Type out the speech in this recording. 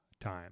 time